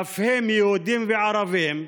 אף הם יהודים וערבים,